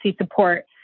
support